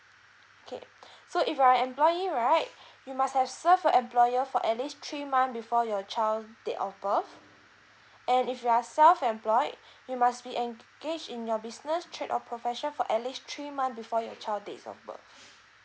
okay so if you're employee right you must have served your employer for at least three month before your child date of birth and if you are self employed you must be engaged in your business trade or profession for at least three month before your child date of birth